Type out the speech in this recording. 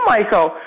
Michael